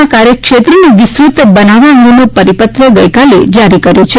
ના કાર્યક્ષેત્રને વિસ્તૃત બનાવવા અંગેનો પરિપત્ર ગઇકાલે જારી કર્યો છે